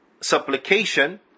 supplication